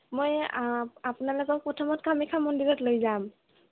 মই আপোনালোকক প্ৰথমত কামাখ্যা মন্দিৰত লৈ যাম